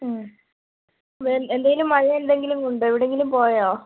വെ എന്തെങ്കിലും മഴ എന്തെങ്കിലും ഉണ്ടോ എവിടെയെങ്കിലും പോയോ